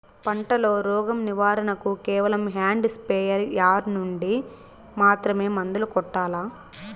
పంట లో, రోగం నివారణ కు కేవలం హ్యాండ్ స్ప్రేయార్ యార్ నుండి మాత్రమే మందులు కొట్టల్లా?